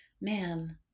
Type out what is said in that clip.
Man